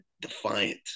defiant